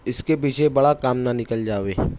اس کے پیچھے بڑا کام نہ نکل جاوے